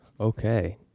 Okay